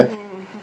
uh